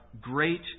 great